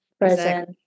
present